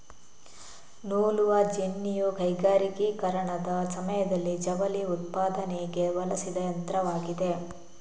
ನೂಲುವ ಜೆನ್ನಿಯು ಕೈಗಾರಿಕೀಕರಣದ ಸಮಯದಲ್ಲಿ ಜವಳಿ ಉತ್ಪಾದನೆಗೆ ಬಳಸಿದ ಯಂತ್ರವಾಗಿದೆ